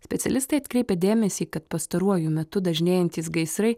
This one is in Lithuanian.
specialistai atkreipė dėmesį kad pastaruoju metu dažnėjantys gaisrai